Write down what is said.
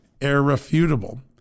irrefutable